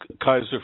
Kaiser